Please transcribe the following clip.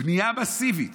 יש בנייה מסיבית